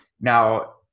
now